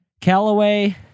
Callaway